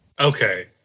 Okay